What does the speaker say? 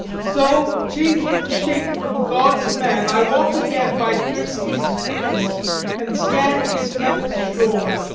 so, changed in shape from god to man, i walk again by dirce's streams and scan ismenus' shore.